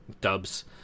dubs